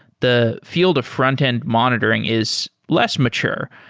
the field of frontend monitoring is less mature.